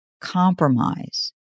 Compromise